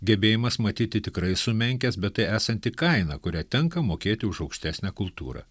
gebėjimas matyti tikrai sumenkęs bet tai esanti kaina kurią tenka mokėti už aukštesnę kultūrą